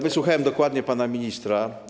Wysłuchałem dokładnie pana ministra.